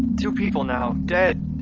two people now, dead,